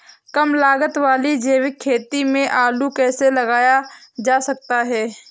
कम लागत वाली जैविक खेती में आलू कैसे लगाया जा सकता है?